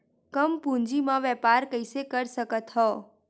कम पूंजी म व्यापार कइसे कर सकत हव?